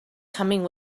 coming